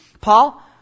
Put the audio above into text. Paul